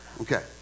okay